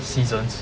seasons